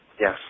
Yes